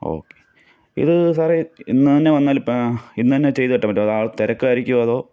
okay ഇത് സാറെ ഇന്നുതന്നെ വന്നാൽ ഇപ്പം ഇന്നുതന്നെ ചെയ്തു കിട്ടാൻ പറ്റുമോ അത് ആൾ തിരക്കായിരിക്കുമോ അതൊ